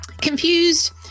Confused